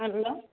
hello